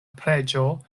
preĝo